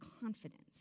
confidence